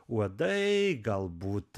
uodai galbūt